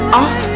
off